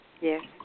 Yes